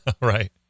Right